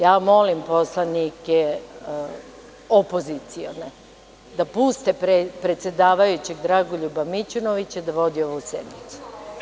Ja molim poslanike opozicione da puste predsedavajućeg Dragoljuba Mićunovića da vodi ovu sednicu.